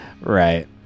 Right